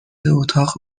اتاق